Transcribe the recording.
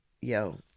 yo